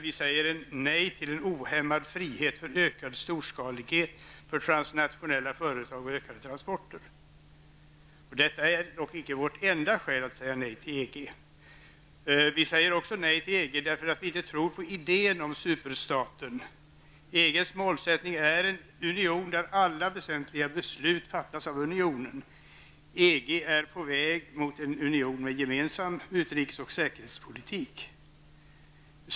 Vi säger nej till ohämmad frihet för ökad storskalighet, för transnationella företag och för ökade transporter. Detta är dock inte vårt enda skäl för att säga nej till EG. Vi säger också nej till EG därför att vi inte tror på idén om superstaten. EGs målsättning är en union där alla väsentliga beslut fattas av unionen. EG är på väg mot en union med gemensam utrikesoch säkerhetspolitik.